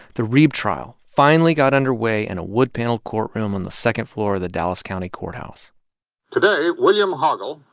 the reeb trial finally got underway in a wood-paneled courtroom on the second floor of the dallas county courthouse today, william hoggle,